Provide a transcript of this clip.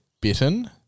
bitten